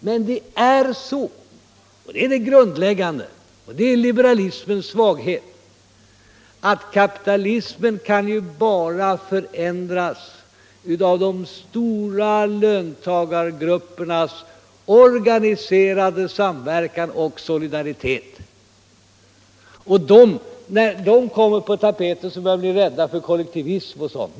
Men det är så — det är det grundläggande och det är liberalismens svaghet — att kapitalismen kan bara förändras genom de stora löntagargruppernas organiserade samverkan och solidaritet. Och när det kommer på tapeten börjar ni bli rädda för kollektivism och sådant.